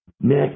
Nick